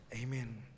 amen